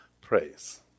praise